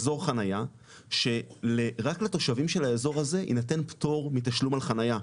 אזור חניה שרק לתושבים של האזור הזה יינתן פטור מתשלום על חניה.